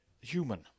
human